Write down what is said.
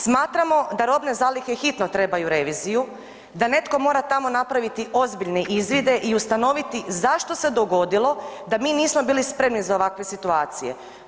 Smatramo da robne zalihe hitno trebaju reviziju, da netko mora tamo napraviti ozbiljne izvide i ustanoviti zašto se dogodilo da mi nismo bili spremni za ovakve situacije.